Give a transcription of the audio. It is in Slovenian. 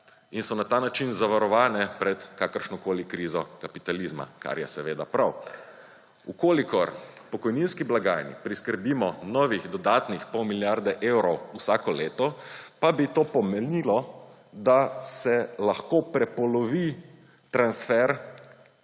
Na ta način zavarovane so pred kakršnokoli krizo kapitalizma, kar je seveda prav. V kolikor pokojninski blagajni priskrbimo novih dodatnih pol milijarde evrov vsako leto, pa bi to pomenilo, da se lahko prepolovi transfer,